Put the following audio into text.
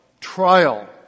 trial